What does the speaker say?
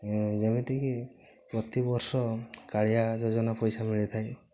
ଯେମିତିକି ପ୍ରତିବର୍ଷ କାଳିଆ ଯୋଜନା ପଇସା ମିଳିଥାଏ